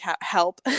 help